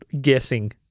guessing